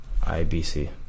IBC